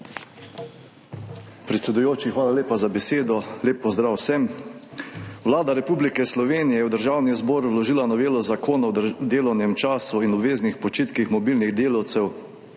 Predsedujoči, hvala lepa za besedo. Lep pozdrav vsem! Vlada Republike Slovenije je v Državni zbor vložila novelo Zakona o delovnem času in obveznih počitkih mobilnih delavcev